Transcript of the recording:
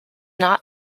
not